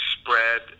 spread